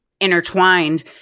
intertwined